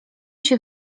się